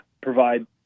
provide –